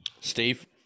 Steve